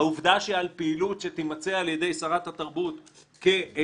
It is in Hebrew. העובדה שעל פעילות שתימצא על ידי שרת התרבות כבלתי-ראויה,